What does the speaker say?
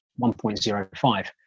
1.05